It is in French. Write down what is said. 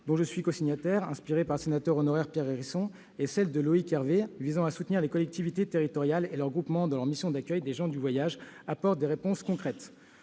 dont je suis cosignataire et qui a été inspirée par le sénateur honoraire Pierre Hérisson, et celle de Loïc Hervé visant à soutenir les collectivités territoriales et leurs groupements dans leur mission d'accueil des gens du voyage apportent des réponses concrètes.